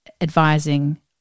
advising